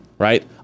right